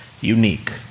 unique